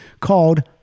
called